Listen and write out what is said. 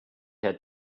had